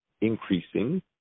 increasing